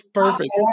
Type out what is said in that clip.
perfect